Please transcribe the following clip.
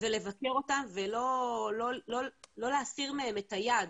ולבקר אותם ולא להסיר מהם את היד,